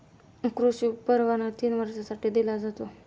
कृषी परवाना तीन वर्षांसाठी दिला जातो